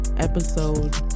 Episode